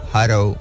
Hello